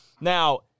Now